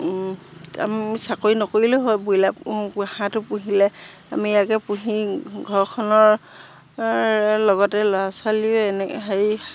আমি চাকৰি নকৰিলেও হয় বইলাৰ হাঁহটো পুহিলে আমি ইয়াকে পুহি ঘৰখনৰ লগতে ল'ৰা ছোৱালীয়ে এনে হেৰি